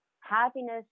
happiness